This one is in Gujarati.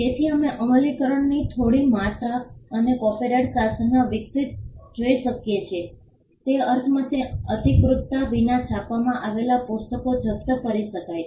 તેથી અમે અમલીકરણની થોડી માત્રા પણ કોપિરાઇટ શાસનમાં વિકસિત જોઈ શકીએ છીએ તે અર્થમાં કે અધિકૃતતા વિના છાપવામાં આવેલા પુસ્તકો જપ્ત કરી શકાય છે